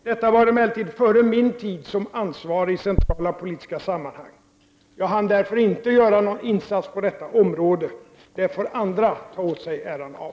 Detta var emellertid före min tid som ansvarig i centrala politiska sammanhang. Jag hann därför inte göra någon insats på detta området. Det får andra ta åt sig äran av.